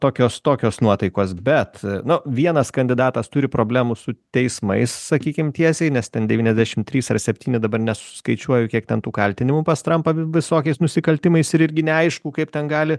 tokios tokios nuotaikos bet nu vienas kandidatas turi problemų su teismais sakykim tiesiai nes ten devyniasdešimt trys ar septyni dabar nesuskaičiuoju kiek ten tų kaltinimų pas trampa visokiais nusikaltimais ir irgi neaišku kaip ten gali